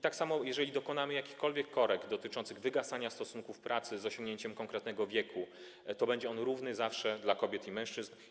Tak samo jeżeli dokonamy jakichkolwiek korekt dotyczących wygasania stosunków pracy z osiągnięciem konkretnego wieku, to zawsze będzie on równy dla kobiet i mężczyzn.